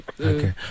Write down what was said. Okay